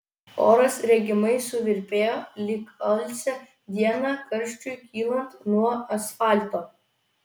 oras regimai suvirpėjo lyg alsią dieną karščiui kylant nuo asfalto